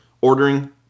Ordering